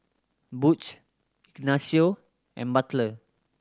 Butch Ignacio and Butler